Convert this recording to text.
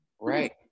Right